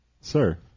Sir